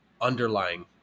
underlying